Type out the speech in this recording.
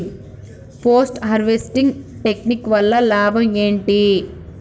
Post harvesting technique వల్ల లాభం ఏంటి?